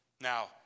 Now